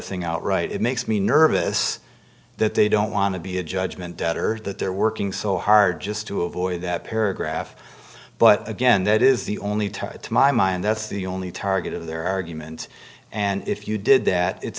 thing outright it makes me nervous that they don't want to be a judgment debtor that they're working so hard just to avoid that paragraph but again that is the only time to my mind that's the only target of their argument and if you did that it